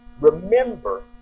Remember